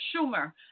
Schumer